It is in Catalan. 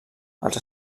els